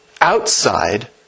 Outside